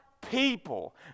people